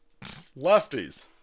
lefties